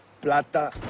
Plata